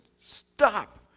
stop